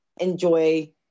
enjoy